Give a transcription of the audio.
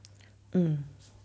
mm